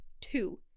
two